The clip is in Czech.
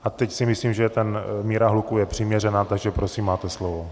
A teď si myslím, že ta míra hluku je přiměřená, takže prosím, máte slovo.